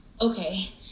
Okay